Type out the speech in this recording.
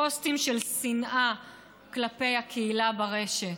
פוסטים של שנאה כלפי הקהילה ברשת.